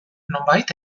nonbait